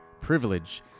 privilege